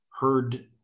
heard